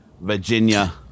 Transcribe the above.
Virginia